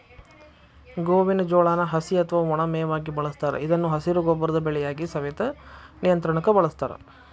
ಗೋವಿನ ಜೋಳಾನ ಹಸಿ ಅತ್ವಾ ಒಣ ಮೇವಾಗಿ ಬಳಸ್ತಾರ ಇದನ್ನು ಹಸಿರು ಗೊಬ್ಬರದ ಬೆಳೆಯಾಗಿ, ಸವೆತ ನಿಯಂತ್ರಣಕ್ಕ ಬಳಸ್ತಾರ